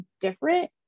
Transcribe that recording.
different